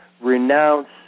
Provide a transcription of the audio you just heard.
renounce